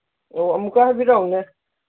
ꯑꯃꯨꯛꯀ ꯍꯥꯏꯕꯤꯔꯛꯎꯅꯦ